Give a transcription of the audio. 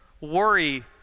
worry